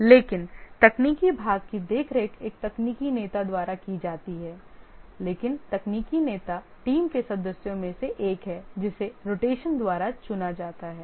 लेकिन तकनीकी भाग की देखरेख एक तकनीकी नेता द्वारा की जाती है लेकिन तकनीकी नेता टीम के सदस्यों में से एक है जिसे रोटेशन द्वारा चुना जाता है